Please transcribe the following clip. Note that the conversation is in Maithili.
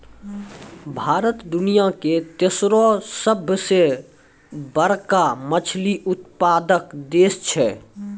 भारत दुनिया के तेसरो सभ से बड़का मछली उत्पादक देश छै